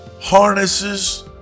harnesses